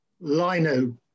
lino